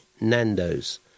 Nando's